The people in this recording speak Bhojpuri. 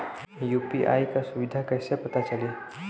यू.पी.आई क सुविधा कैसे पता चली?